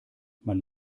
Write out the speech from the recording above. man